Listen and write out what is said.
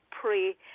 pray